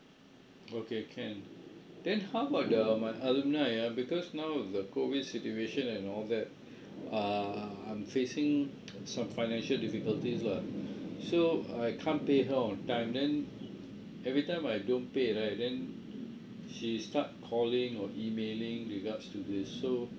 okay can then how about the month~ alimony ah because now the COVID situation and all that uh I'm facing some financial difficulties lah so I can't pay her on time then every time I don't pay right then she start calling or emailing regards to this so